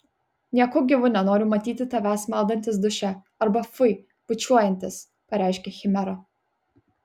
nieku gyvu nenoriu matyti tavęs maudantis duše arba fui bučiuojantis pareiškė chimera